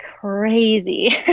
crazy